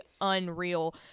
unreal